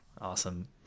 awesome